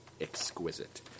exquisite